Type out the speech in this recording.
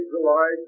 July